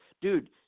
dude